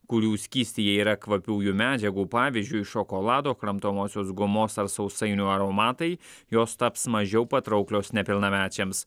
kurių skystyje yra kvapiųjų medžiagų pavyzdžiui šokolado kramtomosios gumos sausainių aromatai jos taps mažiau patrauklios nepilnamečiams